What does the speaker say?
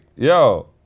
Yo